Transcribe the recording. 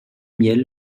miel